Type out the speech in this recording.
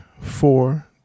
four